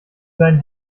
deinen